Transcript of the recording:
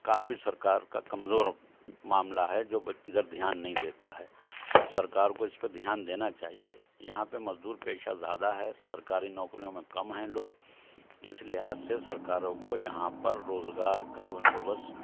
کافی سرکار کا کمزور معاملہ ہے جو جب دھیان نہیں دیتا ہے سرکار کو اس پہ دھیان دینا چاہیے یہاں پہ مزدور پیشہ زیادہ ہے سرکاری نوکریوں میں کم ہیں لوگ اس لحاظ سے سرکاروں کو یہاں پر روزگار کا بندوبست